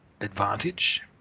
advantage